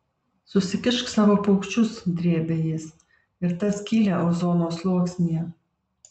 susikišk savo paukščius drėbė jis ir tą skylę ozono sluoksnyje